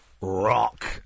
Rock